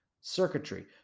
circuitry